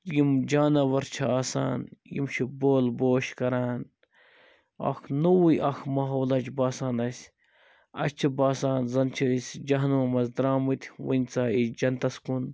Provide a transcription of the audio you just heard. یِم جاناوَر چھِ آسان یِم چھِ بول بوش کَران اکھ نوٚوٕے اکھ ماحولہ چھُ باسان اَسہِ اَسہِ چھِ باسان زَن چھِ أسۍ جہنمہٕ مَنٛزٕ درٛامٕتۍ وۄنۍ ژاے أسۍ جَنتَس کُن